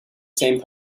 same